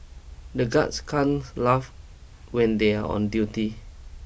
the guards can't laugh when they are on duty